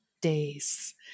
days